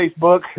Facebook